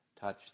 touch